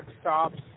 stops